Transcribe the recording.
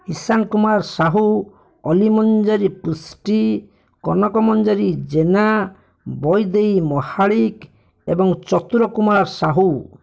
ଇଶାନ୍ କୁମାର ସାହୁ ଅଲିମଞ୍ଜରୀ ପୃଷ୍ଟି କନକ ମଞ୍ଜରୀ ଜେନା ବୈଦେଇ ମହାଳିକ୍ ଏବଂ ଚତୁର କୁମାର ସାହୁ